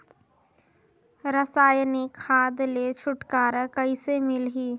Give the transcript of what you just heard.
रसायनिक खाद ले छुटकारा कइसे मिलही?